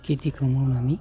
खिथिखौ मावनानै